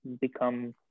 become